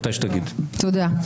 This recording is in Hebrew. תודה.